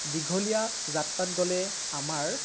দীঘলীয়া যাত্ৰাত গ'লে আমাৰ